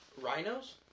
rhinos